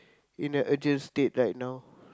in an urgent state right now